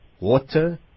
water